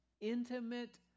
intimate